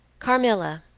carmilla,